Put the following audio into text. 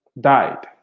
died